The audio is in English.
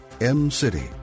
M-City